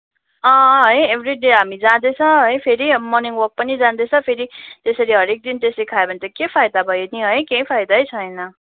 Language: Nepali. अँ है एभ्रिडे हामी जाँदैछ है फेरि मर्निङ वक पनि जाँदैछ फेरि त्यसरी हरेक दिन त्यसरी खायो भने त के फाइदा भयो नि है केही फाइदै छैन